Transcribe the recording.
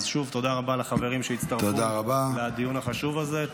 שוב, תודה רבה לחברים שהצטרפו לדיון החשוב הזה.